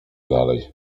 dalej